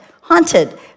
haunted